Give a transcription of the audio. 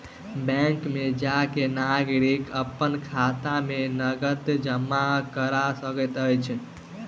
bank में जा के नागरिक अपन खाता में नकद जमा करा सकैत अछि